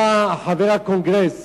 היה חבר הקונגרס